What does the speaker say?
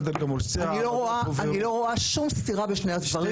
אני לא רואה שום סתירה בין שני הדברים.